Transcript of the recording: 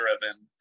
driven